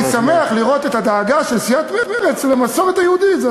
אני שמח לראות את הדאגה של סיעת מרצ למסורת היהודית.